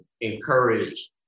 encourage